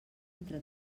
entre